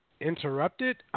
Interrupted